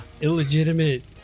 illegitimate